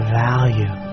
value